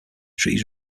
trees